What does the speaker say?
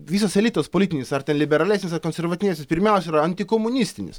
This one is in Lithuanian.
visas elitas politinis ar ten liberalesnis ar konservatyvesnis pirmiausia yra antikomunistinis